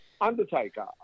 Undertaker